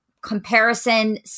comparison